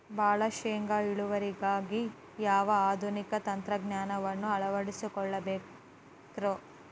ಭಾಳ ಶೇಂಗಾ ಇಳುವರಿಗಾಗಿ ಯಾವ ಆಧುನಿಕ ತಂತ್ರಜ್ಞಾನವನ್ನ ಅಳವಡಿಸಿಕೊಳ್ಳಬೇಕರೇ?